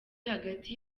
hagati